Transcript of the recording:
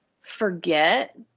forget